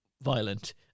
violent